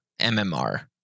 MMR